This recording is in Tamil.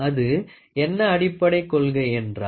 அது என்ன அடிப்படை கொள்கை என்றால்